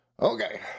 Okay